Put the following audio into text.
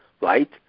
right